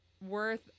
worth